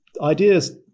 ideas